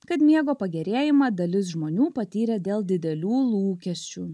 kad miego pagerėjimą dalis žmonių patyrė dėl didelių lūkesčių